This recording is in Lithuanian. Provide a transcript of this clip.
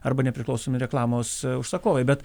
arba nepriklausomi reklamos užsakovai bet